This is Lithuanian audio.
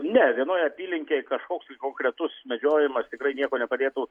ne vienoj apylinkėj kažkoks konkretus medžiojimas tikrai nieko nepadėtų